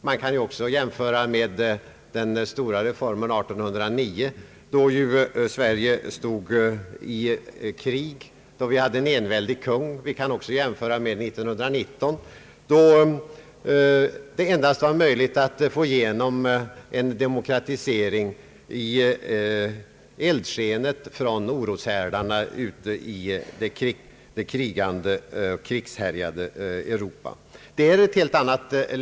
Vi kan också jämföra med den stora reformen 1809, då Sverige befann sig i krig och vi hade en enväldig kung. Vi kan också jämföra med 1918—1919, då det endast var möjligt att få igenom en demokratisering i eldskenet från oroshärdarna ute i det krigshärjade Europa. Läget är nu helt annat.